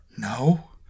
No